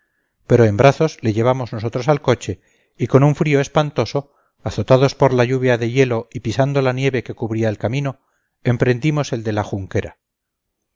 pero en brazos le llevamos nosotros al coche y con un frío espantoso azotados por la lluvia de hielo y pisando la nieve que cubría el camino emprendimos el de la